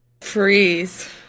Freeze